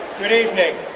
good evening.